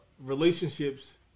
relationships